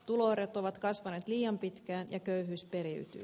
tuloerot ovat kasvaneet liian pitkään ja köyhyys periytyy